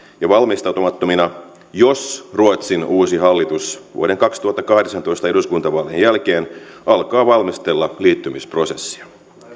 ja valmistautumattomina jos ruotsin uusi hallitus vuoden kaksituhattakahdeksantoista eduskuntavaalien jälkeen alkaa valmistella liittymisprosessia